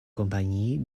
compagnie